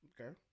Okay